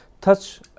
touch